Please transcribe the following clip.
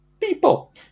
people